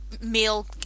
male